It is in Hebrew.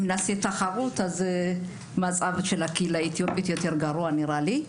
אם נעשה תחרות נראה לי שמצב הקהילה האתיופית יותר גרוע.